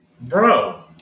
Bro